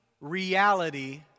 reality